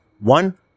one